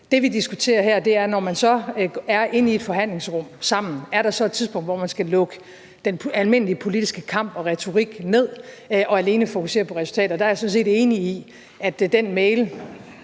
Det, vi diskuterer her, er, at når man så er inde i et forhandlingsrum sammen, er der så et tidspunkt, hvor man skal lukke den almindelige politiske kamp og retorik ned og alene fokusere på resultater? Og der er jeg sådan set enig i, at den mail